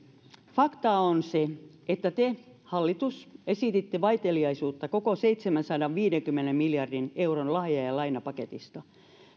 fakta on se että te hallitus esititte vaiteliaisuutta koko seitsemänsadanviidenkymmenen miljardin euron lahja ja ja lainapaketista